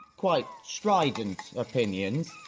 quite strident opinions.